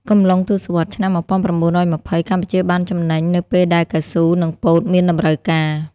កំឡុងទសវត្សឆ្នាំ១៩២០ កម្ពុជាបានចំណេញនៅពេលដែលកៅស៊ូនិងពោតមានតម្រូវការ។